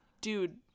dude